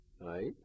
right